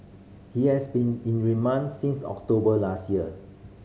he has been in remand since October last year